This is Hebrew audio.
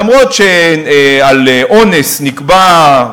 שלמרות שעל אונס נקבע,